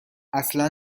اصلا